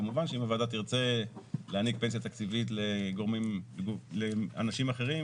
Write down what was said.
כמובן שאם הוועדה תרצה להעניק פנסיה תקציבית לאנשים אחרים